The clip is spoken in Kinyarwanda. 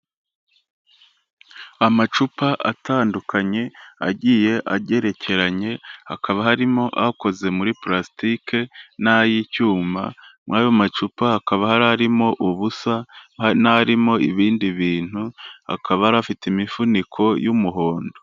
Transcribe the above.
Amacupa atandukanye agiye agerekeranye, hakaba harimo akoze muri plastike n'ay'icyuma, mu ayo macupa hakaba hari arimo ubusa, n'arimo ibindi bintu, hakaba hari afite imifuniko y'umuhondo.